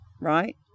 right